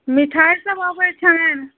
मिठाइ सब अबैत छनि